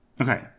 Okay